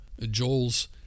Joel's